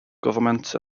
government